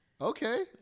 Okay